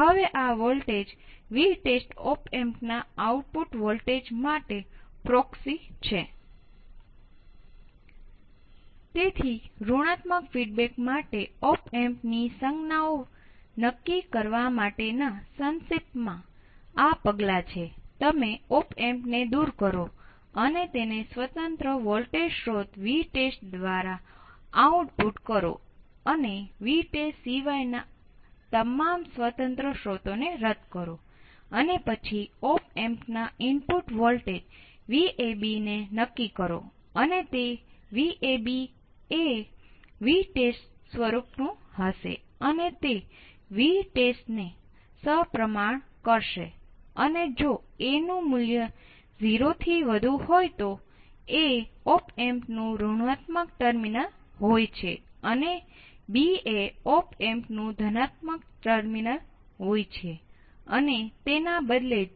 હવે હું આ વિશે વધુ વિગતોમાં ચર્ચા કરવા માંગુ છું કે VDD અને VSS માટેના સમાન મૂલ્યોનો ઉપયોગ કરવો ખૂબ જ સામાન્ય છે કે જે સમપ્રમાણ પુરવઠાનો ઉપયોગ કરે છે જ્યાં ઉપલા પુરવઠાનો વોલ્ટેજ પણ હોઈ શકે છે જે ફક્ત V1 V2 અને V0 માટેની તમારી મર્યાદાને બદલી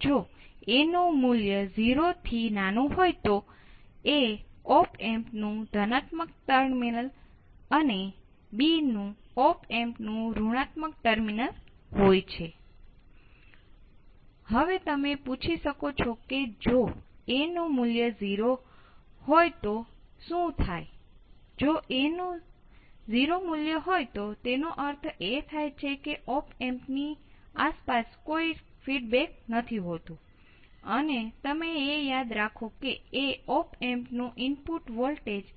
શકે છે